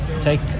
take